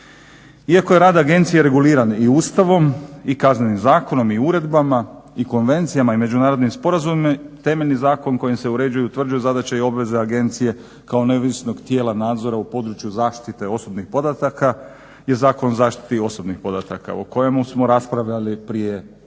Iako je rad agencije reguliran i Ustavom i Kaznenim zakonom i uredbama i konvencijama i međunarodnim sporazumima temeljni zakon kojim se uređuje i utvrđuje zadaća i obveza agencije kao neovisnog tijela nadzora u području zaštite osobnih podataka je Zakon o zaštiti osobnih podataka o kojemu smo raspravljali prije čini